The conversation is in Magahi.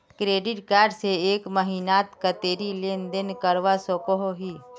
क्रेडिट कार्ड से एक महीनात कतेरी लेन देन करवा सकोहो ही?